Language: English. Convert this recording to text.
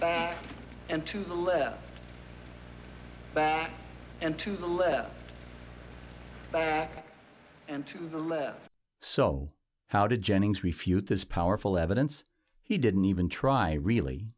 right and to the left and to the left and to the left so how did jennings refute this powerful evidence he didn't even try really